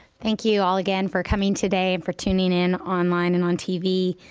thank you all again for coming today and for tuning in online and on tv.